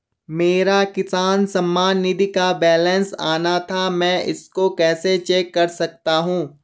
मेरा किसान सम्मान निधि का बैलेंस आना था मैं इसको कैसे चेक कर सकता हूँ?